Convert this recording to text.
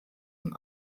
und